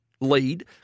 lead